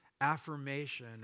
affirmation